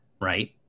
right